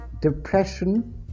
depression